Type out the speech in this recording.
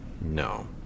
No